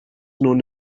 known